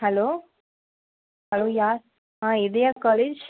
hello hello யார் ஆ Idhaya college